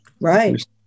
Right